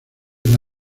una